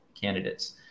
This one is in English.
candidates